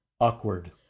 Awkward